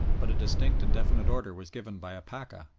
but a distinct and definite order was given by a pacha,